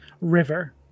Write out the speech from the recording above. river